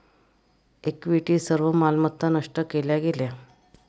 equity सर्व मालमत्ता नष्ट केल्या गेल्या